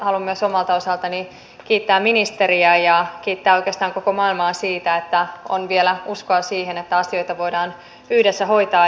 haluan myös omalta osaltani kiittää ministeriä ja kiittää oikeastaan koko maailmaa siitä että on vielä uskoa siihen että asioita voidaan yhdessä hoitaa